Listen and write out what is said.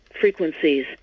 frequencies